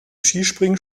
skispringen